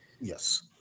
Yes